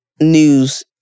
news